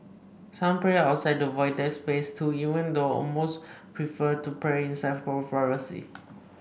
some pray outside the Void Deck space too even though most prefer to pray inside for privacy